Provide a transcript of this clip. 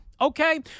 Okay